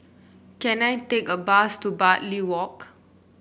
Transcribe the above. can I take a bus to Bartley Walk